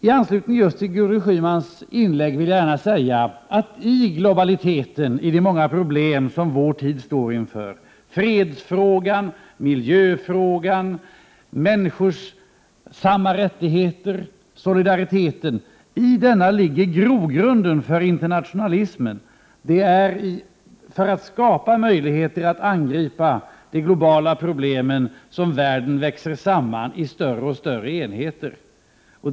I anslutning till Gudrun Schymans inlägg vill jag gärna säga att i globaliteten i de många problem som vår tid står inför — fredsfrågan, miljöfrågan, människors rättigheter, solidariteten — ligger grogrunden för internationalismen. Det är för att skapa möjligheter att angripa de globala problemen som världen växer samman i större och större enheter.